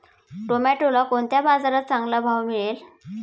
टोमॅटोला कोणत्या बाजारात चांगला भाव मिळेल?